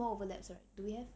small overlaps right do we have